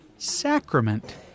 Sacrament